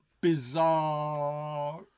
bizarre